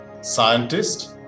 scientist